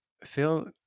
Phil